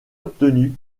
obtenu